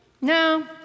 No